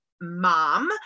Mom